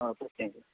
அப்போ ஓகேங்க சார்